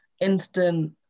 instant